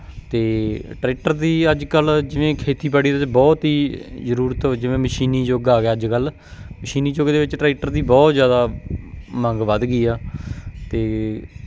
ਅਤੇ ਟਰੈਕਟਰ ਦੀ ਅੱਜ ਕੱਲ੍ਹ ਜਿਵੇਂ ਖੇਤੀਬਾੜੀ ਦੇ ਬਹੁਤ ਹੀ ਜ਼ਰੂਰਤ ਜਿਵੇਂ ਮਸ਼ੀਨੀ ਯੁੱਗ ਆ ਗਿਆ ਅੱਜ ਕੱਲ੍ਹ ਮਸ਼ੀਨੀ ਯੁੱਗ ਦੇ ਵਿੱਚ ਟਰੈਕਟਰ ਦੀ ਬਹੁਤ ਜ਼ਿਆਦਾ ਮੰਗ ਵੱਧ ਗਈ ਆ ਅਤੇ